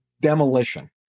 demolition